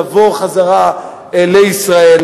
לבוא חזרה לישראל.